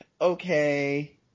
okay